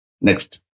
Next